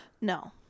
No